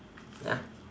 ya